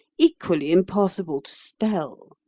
equally impossible to spell.